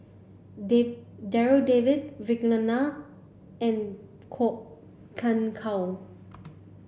Darryl David Vikram Nair and Kwok Kian Chow